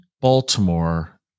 baltimore